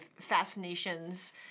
fascinations